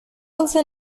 also